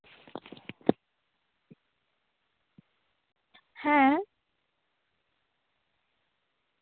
ᱦᱮᱸ